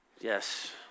Yes